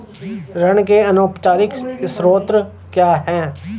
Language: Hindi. ऋण के अनौपचारिक स्रोत क्या हैं?